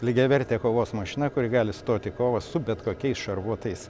lygiavertė kovos mašina kuri gali stot į kovą su bet kokiais šarvuotais